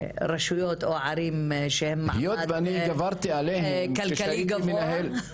רשויות או ערים שהם במעמד כלכלי גבוה.